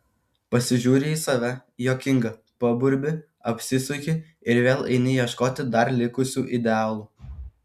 pasižiūri į save juokinga paburbi apsisuki ir vėl eini ieškoti dar likusių idealų